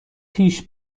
پیش